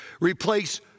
Replace